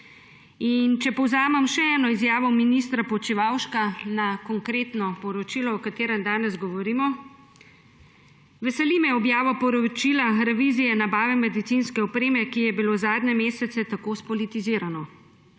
Če povzamem še eno izjavo ministra Počivalška na konkretno poročilo, o katerem danes govorimo: »Veseli me objava poročila revizije nabave medicinske opreme, ki je bilo zadnje mesece tako spolitizirano.